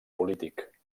polític